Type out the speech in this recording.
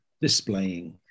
displaying